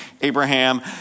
Abraham